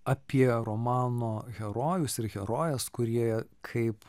apie romano herojus ir herojes kurie kaip